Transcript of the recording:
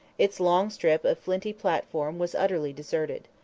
its long strip of flinty platform was utterly deserted.